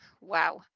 Wow